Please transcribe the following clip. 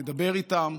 נדבר איתם,